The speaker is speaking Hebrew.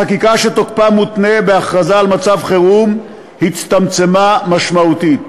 החקיקה שתוקפה מותנה בהכרזה על מצב חירום הצטמצמה משמעותית.